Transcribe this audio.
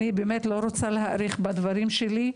אני לא רוצה להאריך בדבריי,